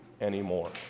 anymore